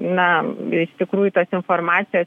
na iš tikrųjų tos informacijos